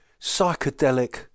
psychedelic